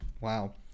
Wow